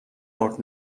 ارد